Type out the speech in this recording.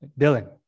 dylan